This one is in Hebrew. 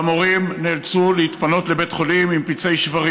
והמורים נאלצו להתפנות לבית חולים עם פצעי שברים,